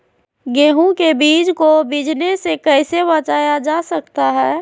गेंहू के बीज को बिझने से कैसे बचाया जा सकता है?